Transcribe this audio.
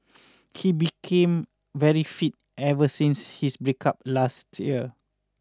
he became very fit ever since his breakup last year